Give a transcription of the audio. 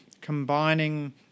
combining